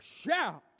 shout